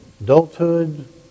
adulthood